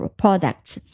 products